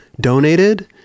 donated